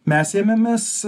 mes ėmėmės